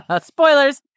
Spoilers